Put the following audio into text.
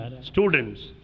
Students